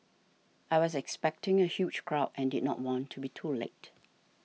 I was expecting a huge crowd and did not want to be too late